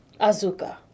Azuka